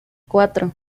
cuatro